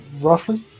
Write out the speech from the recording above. roughly